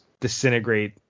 disintegrate